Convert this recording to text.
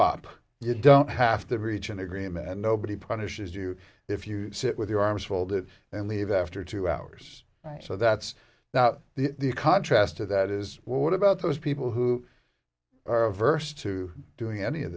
up you don't have to reach an agreement and nobody punishes you if you sit with your arms folded and leave after two hours so that's now the contrast to that is what about those people who are averse to doing any of